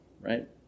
right